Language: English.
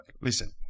Listen